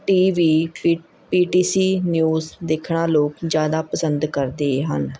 T V P T C news ਦੇਖਣਾ ਲੋਕ ਜ਼ਿਆਦਾ ਪਸੰਦ ਕਰਦੇ ਹਨ